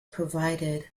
provided